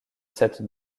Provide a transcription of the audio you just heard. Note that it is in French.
cette